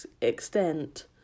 extent